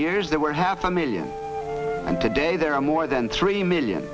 years that were half a million and today there are more than three million